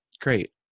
great